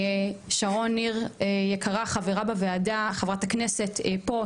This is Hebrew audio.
שרון ניר, יקרה, חברה בוועדה, חברת הכנסת, פה.